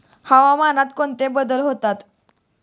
हवामानात कोणते बदल होतात?